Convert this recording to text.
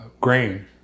grain